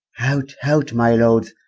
out, out my lords,